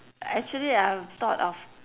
actually I've thought of